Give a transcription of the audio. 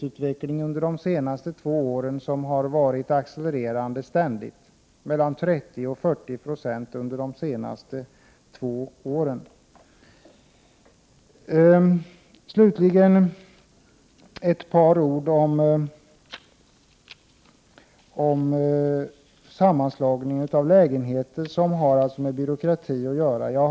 Under de senaste två åren har ju priserna höjts, ständigt accelererande, mellan 30 och 40 96. Slutligen ett par ord om sammanslagningar av lägenheter, som alltså har med byråkrati att göra.